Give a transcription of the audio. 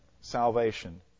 salvation